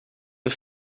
een